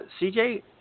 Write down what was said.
CJ